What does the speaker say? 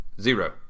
Zero